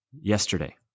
yesterday